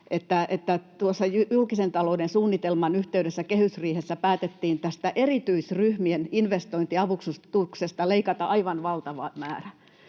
että julkisen talouden suunnitelman yhteydessä kehysriihessä päätettiin erityisryhmien investointiavustuksesta leikata aivan valtava määrä.